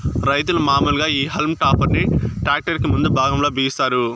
రైతులు మాములుగా ఈ హల్మ్ టాపర్ ని ట్రాక్టర్ కి ముందు భాగం లో బిగిస్తారు